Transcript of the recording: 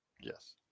Yes